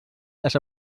les